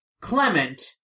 Clement